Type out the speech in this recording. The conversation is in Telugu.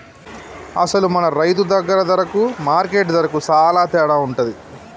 అసలు మన రైతు దగ్గర ధరకు మార్కెట్ ధరకు సాలా తేడా ఉంటుంది